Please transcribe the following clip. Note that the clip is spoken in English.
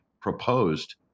proposed